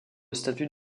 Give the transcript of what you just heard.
statut